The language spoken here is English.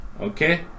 okay